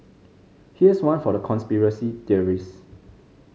here's one for the conspiracy theorist